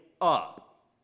up